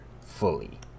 fully